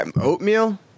oatmeal